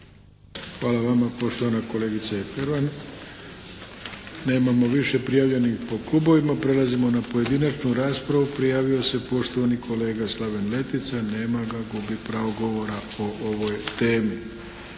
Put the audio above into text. Hvala vama poštovana kolegice Perman. Nemamo više prijavljenih po klubovima. Prelazimo na pojedinačnu raspravu. Prijavio se poštovani kolega Slaven Letica. Nema ga. Gubi pravo govora po ovoj temi.